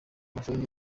amashusho